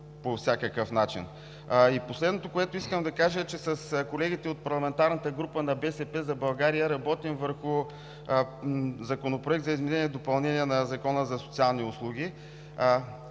по всякакъв начин. Последното, което искам да кажа, е, че с колегите от парламентарната група на „БСП за България“ работим върху Законопроект за изменение и допълнение на Закона за социалните услуги,